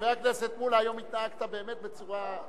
חבר הכנסת מולה, היום התנהגת בצורה,